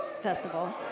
festival